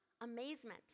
amazement